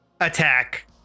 attack